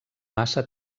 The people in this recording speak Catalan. massa